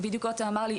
למשל,